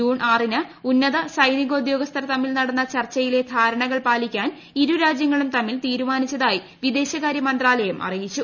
June ആറിന് ഉന്നത സൈനികോദ്യോഗസ്ഥർ തമ്മിൽ ്നെട്ന്ന് ചർച്ചയിലെ ധാരണകൾ പാലിക്കാൻ ഇരു രാജ്യങ്ങളും തമ്മിൽ തീരുമാനിച്ചതായി വിദേശകാരൃമന്ത്രാലയം അറിറ്റിച്ചു